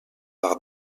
par